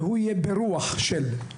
והוא יהיה ברוח של אנתרופוסופי.